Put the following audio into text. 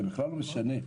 זה בכלל לא משנה.